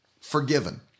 forgiven